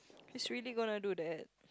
she's really gonna do that